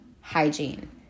hygiene